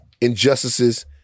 injustices